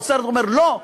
האוצר אומר: לא,